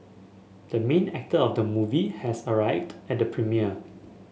the main actor of the movie has arrived at the premiere